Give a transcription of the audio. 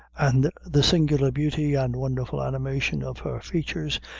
and the singular beauty and wonderful animation of her features,